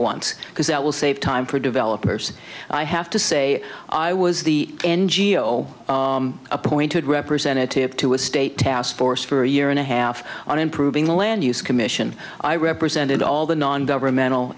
once because that will save time for developers i have to say i was the n g o s appointed representative to a state task force for a year and a half on improving the land use commission i represented all the non governmental